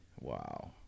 Wow